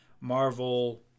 Marvel